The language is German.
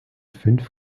fünf